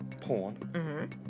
porn